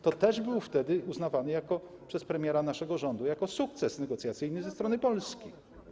To też było wtedy uznawane przez premiera naszego rządu za sukces negocjacyjny ze strony Polski.